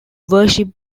worship